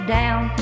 down